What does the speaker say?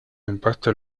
impacto